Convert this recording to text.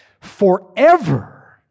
Forever